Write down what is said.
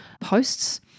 posts